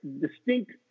distinct